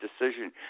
decision